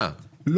לא.